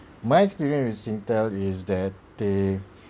my experience with singtel is that they